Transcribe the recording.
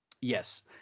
Yes